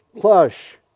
plush